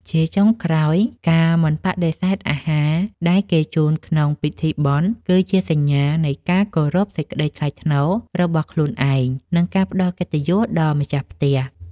ជាចុងក្រោយការមិនបដិសេធអាហារដែលគេជូនក្នុងពិធីបុណ្យ គឺជាសញ្ញានៃការគោរពសេចក្តីថ្លៃថ្នូររបស់ខ្លួនឯង និងការផ្តល់កិត្តិយសដល់ម្ចាស់ផ្ទះ។